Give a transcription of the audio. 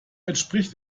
entspricht